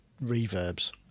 reverbs